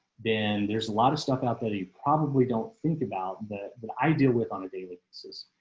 then there's a lot of stuff out that he probably don't think about that that i deal with on a daily basis.